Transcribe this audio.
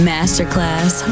Masterclass